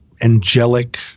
Angelic